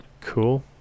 cool